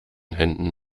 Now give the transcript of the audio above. händen